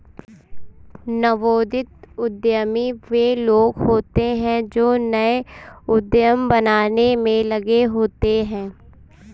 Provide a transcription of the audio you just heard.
नवोदित उद्यमी वे लोग होते हैं जो नए उद्यम बनाने में लगे होते हैं